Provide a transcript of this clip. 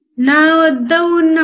ఎందుకంటే gain unity